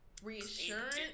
Reassurance